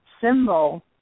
symbol